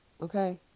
Okay